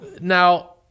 Now